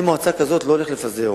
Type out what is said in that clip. אני, מועצה כזאת, לא הולך לפזר.